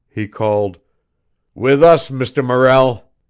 he called with us, mr. morrell.